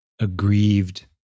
aggrieved